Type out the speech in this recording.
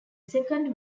second